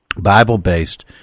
Bible-based